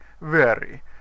very